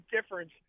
difference –